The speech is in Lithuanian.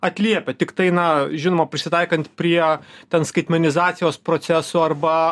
atliepia tiktai na žinoma prisitaikant prie ten skaitmenizacijos procesų arba